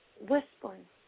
whispering